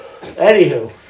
Anywho